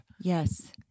Yes